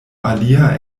alia